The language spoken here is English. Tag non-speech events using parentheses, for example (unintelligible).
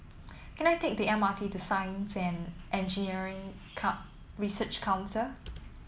can I take the M R T to Science and Engineering (unintelligible) Research Council